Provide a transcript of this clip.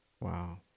Wow